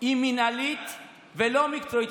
היא מינהלית ולא מקצועית.